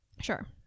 Sure